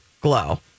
glow